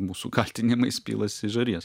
mūsų kaltinimais pilasi žarijas